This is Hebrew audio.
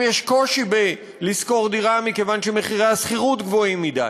ויש להם קושי לשכור דירה מכיוון שמחירי השכירות גבוהים מדי,